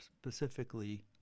specifically